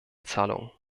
zahlungen